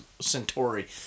Centauri